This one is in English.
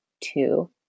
two